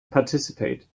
participate